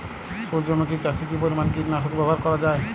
সূর্যমুখি চাষে কি পরিমান কীটনাশক ব্যবহার করা যায়?